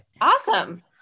Awesome